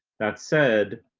that said